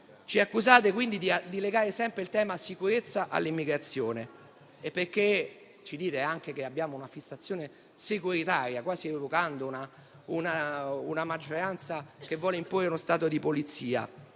Ci accusate quindi di legare sempre il tema della sicurezza all'immigrazione e ci dite anche che abbiamo una fissazione securitaria, quasi evocando una maggioranza che vuole imporre uno Stato di polizia,